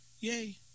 Yay